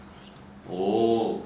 oh